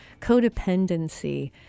codependency